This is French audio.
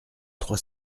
trois